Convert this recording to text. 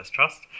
Trust